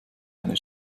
eine